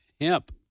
hemp